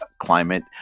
climate